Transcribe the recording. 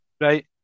Right